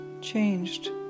changed